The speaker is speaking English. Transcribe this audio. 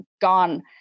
gone